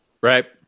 Right